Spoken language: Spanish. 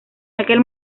aquel